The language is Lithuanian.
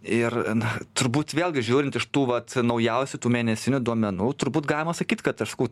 ir na turbūt vėlgi žiūrint iš tų vat naujausių tų mėnesinių duomenų turbūt galima sakyt kad aš sakau